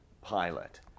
pilot